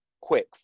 quick